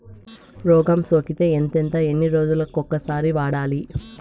రోగం సోకితే ఎంతెంత ఎన్ని రోజులు కొక సారి వాడాలి?